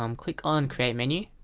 um click on create menu